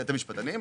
אתם משפטנים.